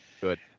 Good